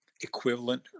equivalent